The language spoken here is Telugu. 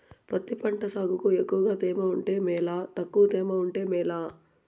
పత్తి పంట సాగుకు ఎక్కువగా తేమ ఉంటే మేలా తక్కువ తేమ ఉంటే మేలా?